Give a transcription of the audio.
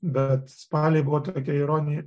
bet spaliai buvo tokia ironija